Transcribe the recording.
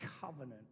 covenant